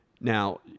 Now